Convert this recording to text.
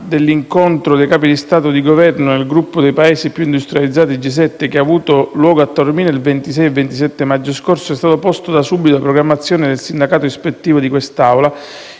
dell'incontro dei Capi di Stato e di Governo del Gruppo dei Paesi più industrializzati (G7) che ha avuto luogo a Taormina il 26 e 27 maggio scorsi, era stato posto da subito nella programmazione del sindacato ispettivo di quest'Assemblea,